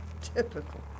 Typical